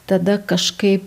tada kažkaip